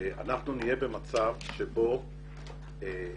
אנחנו נהיה במצב שבו אנחנו